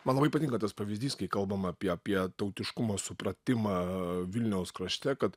man labai patinka tas pavyzdys kai kalbam apie apie tautiškumo supratimą vilniaus krašte kad